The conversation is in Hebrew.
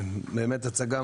גם במישור הזה של התשתית,